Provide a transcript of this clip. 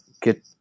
get